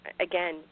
again